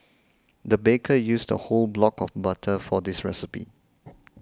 the baker used a whole block of butter for this recipe